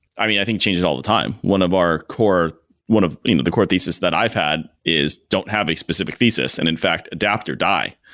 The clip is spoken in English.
i mean, i think it changes all the time. one of our core one of you know the core thesis that i've had is don't have a specific thesis. and in fact, adapt or die.